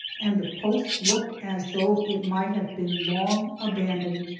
and the post looked as though it might have been long abandoned.